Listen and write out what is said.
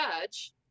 judge